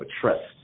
trust